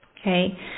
okay